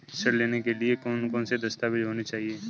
ऋण लेने के लिए कौन कौन से दस्तावेज होने चाहिए?